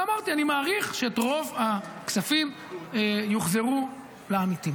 ואמרתי: אני מעריך שרוב הכספים יוחזרו לעמיתים,